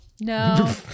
No